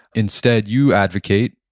instead, you advocate,